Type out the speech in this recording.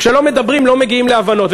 כשלא מדברים לא מגיעים להבנות.